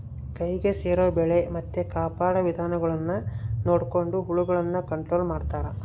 ಕೈಗೆ ಸೇರೊ ಬೆಳೆ ಮತ್ತೆ ಕಾಪಾಡೊ ವಿಧಾನಗುಳ್ನ ನೊಡಕೊಂಡು ಹುಳಗುಳ್ನ ಕಂಟ್ರೊಲು ಮಾಡ್ತಾರಾ